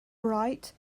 bright